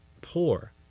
poor